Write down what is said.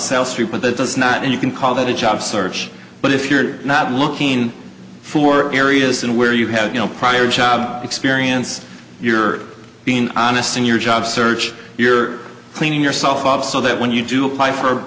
south street but that does not mean you can call that a job search but if you're not looking for areas where you have no prior job experience you're being honest in your job search your cleaning yourself up so that when you do apply for